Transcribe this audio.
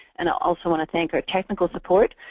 and i also want to thank our technical support,